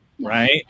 right